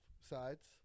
sides